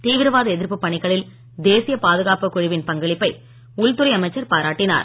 தீவிரவாத எதிர்ப்பு பணிகளில் தேசிய பாதுகாப்பு குழுவின் பங்களிப்பை உள்துறை அமைச்சர் பாராட்டினார்